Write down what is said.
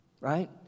Right